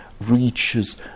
reaches